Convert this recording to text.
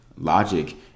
logic